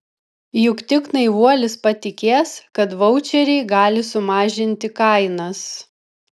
juk tik naivuolis patikės kad vaučeriai gali sumažinti kainas